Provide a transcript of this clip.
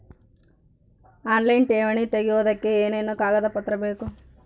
Online ಠೇವಣಿ ತೆಗಿಯೋದಕ್ಕೆ ಏನೇನು ಕಾಗದಪತ್ರ ಬೇಕು?